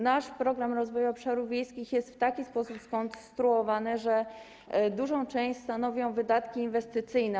Nasz Program Rozwoju Obszarów Wiejskich jest w taki sposób skonstruowany, że dużą część stanowią wydatki inwestycyjne.